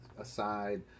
aside